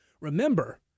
Remember